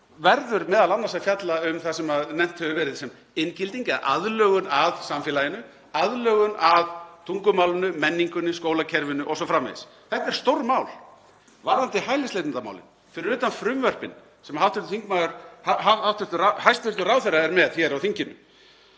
verður m.a. að fjalla um það sem nefnt hefur verið sem inngilding eða aðlögun að samfélaginu, aðlögun að tungumálinu, menningunni, skólakerfinu o.s.frv. Þetta er stórmál. Varðandi hælisleitendamálin, fyrir utan frumvörpin sem hæstv. ráðherra er með hér á þinginu,